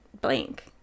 blank